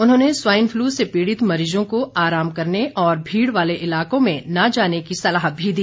उन्होंने swine flu से पीड़ित मरीजों को आराम करने और भीड़ वाले इलाकों में न जाने की सलाह भी दी